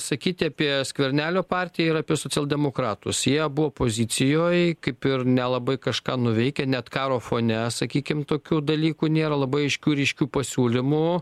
sakyti apie skvernelio partiją ir apie socialdemokratus jie abu opozicijoj kaip ir nelabai kažką nuveikę net karo fone sakykim tokių dalykų nėra labai aiškių ryškių pasiūlymų